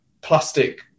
plastic